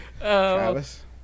Travis